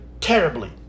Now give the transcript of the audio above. terribly